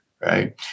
Right